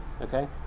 okay